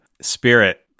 spirit